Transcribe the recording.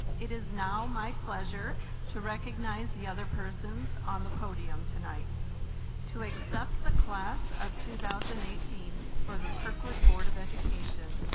it is now my pleasure to recognize the other persons on the podium tonight to accept the class of two thousand and eighteen for the kirkwood board of education.